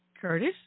Curtis